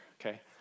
okay